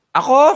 ako